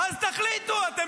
--- איפה